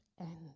end